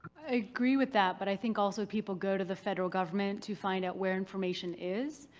i agree with that, but i think also people go to the federal government to find out where information is.